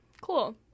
Cool